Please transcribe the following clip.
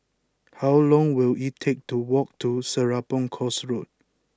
how long will it take to walk to Serapong Course Road